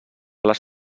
les